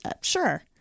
sure